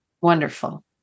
Wonderful